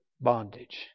bondage